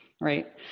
right